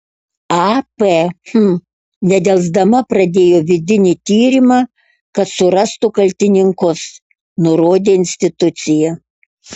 ap hm nedelsdama pradėjo vidinį tyrimą kad surastų kaltininkus nurodė institucija